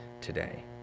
today